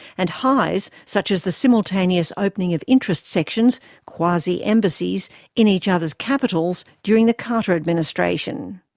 and highs such as the simultaneous opening of interest sections quasi-embassies in each other's capitals during the carter administration.